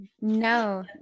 No